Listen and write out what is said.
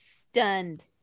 stunned